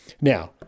Now